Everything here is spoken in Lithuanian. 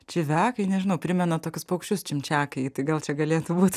čiuvekai nežinau primena tokius paukščius čimčiakai tai gal čia galėtų būt